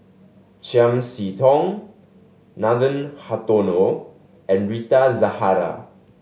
Chiam See Tong Nathan Hartono and Rita Zahara